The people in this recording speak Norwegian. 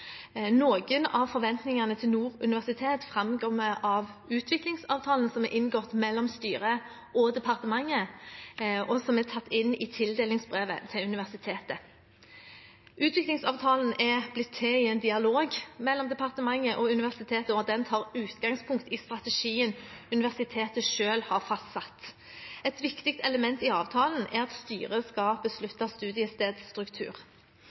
Nord universitet framkommer av utviklingsavtalen som er inngått mellom styret og departementet, og som er tatt inn i tildelingsbrevet til universitetet. Utviklingsavtalen er blitt til i en dialog mellom departementet og universitetet, og den tar utgangspunkt i strategien universitetet selv har fastsatt. Et viktig element i avtalen er at styret skal